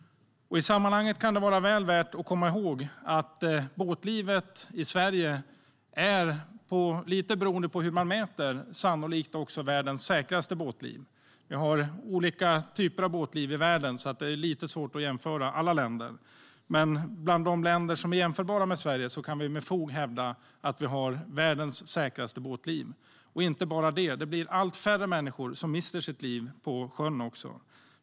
I sammanhanget kan det vara väl värt att komma ihåg att båtlivet i Sverige sannolikt är, lite beroende på hur man mäter, världens säkraste båtliv. Vi har olika typer av båtliv i världen, och det är därför lite svårt att jämföra alla länder. Men bland de länder som är jämförbara med Sverige kan vi med fog hävda att vi har världens säkraste båtliv. Och inte bara det, det blir också allt färre människor som mister livet på sjön.